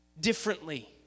differently